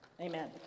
Amen